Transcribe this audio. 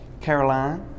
Caroline